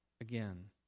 again